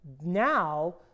now